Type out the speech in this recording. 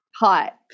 hot